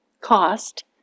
cost